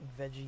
veggie